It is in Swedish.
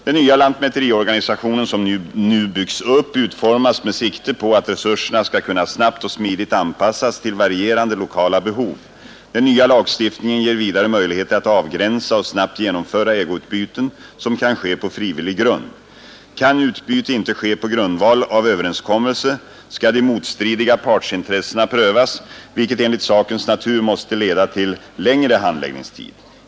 Den nya lantmäteriorganisation som nu byggs upp utformas med sikte på att resurserna skall kunna snabbt och smidigt anpassas till varierande lokala behov. Den nya lagstiftningen ger vidare möjligheter att avgränsa och snabbt genomföra ägoutbyten som kan ske på frivillig grund. Kan utbyte inte ske på grundval av överenskommelse, skall de motstridiga partsintressena prövas, vilket enligt sakens natur måste leda till längre handläggningstid.